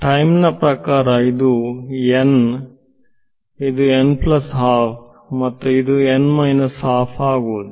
time ನ ಪ್ರಕಾರ ಇದು ಇದು ಮತ್ತು ಇದು ಆಗುವುದು